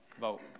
vote